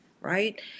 right